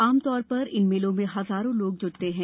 आमतौर पर इन मेलों में हजारों लोग जुटते हैं